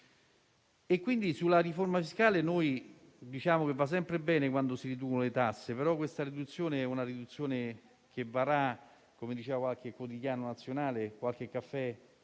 Pertanto, sulla riforma fiscale, diciamo che va sempre bene quando si riducono le tasse, però questa riduzione varrà, come diceva qualche quotidiano nazionale, qualche caffè